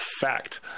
fact